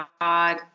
God